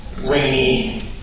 rainy